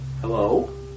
Hello